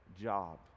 job